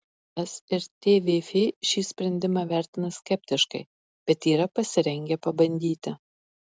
es ir tvf šį sprendimą vertina skeptiškai bet yra pasirengę pabandyti